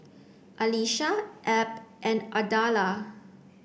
Alisha Ebb and Ardella